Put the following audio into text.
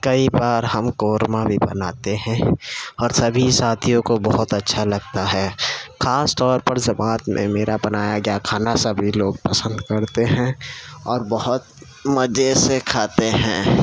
کئی بار ہم قورمہ بھی بناتے ہیں اور سبھی ساتھیوں کو بہت اچھا لگتا ہے خاص طور پر جماعت میں میرا بنایا گیا کھانا سبھی لوگ پسند کرتے ہیں اور بہت مزے سے کھاتے ہیں